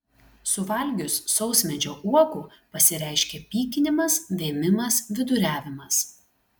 suvalgius sausmedžio uogų pasireiškia pykinimas vėmimas viduriavimas